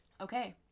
Okay